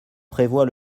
prévoit